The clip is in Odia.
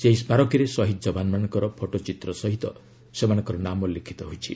ସେହି ସ୍କାରକୀରେ ସହିଦ ଯବାନମାନଙ୍କର ଫଟୋ ଚିତ୍ର ସହ ସେମାନଙ୍କର ନାମ ଲିଖିତ ହୋଇଛି